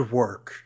work